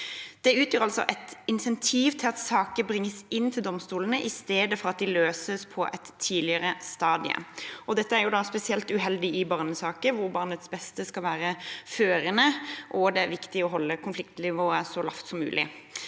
Det utgjør altså et insentiv til at saker bringes inn for domstolene i stedet for at de løses på et tidligere stadium. Dette er spesielt uheldig i barnesaker, hvor barnets beste skal være førende og det er viktig å holde konfliktnivået så lavt som mulig.